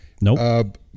Nope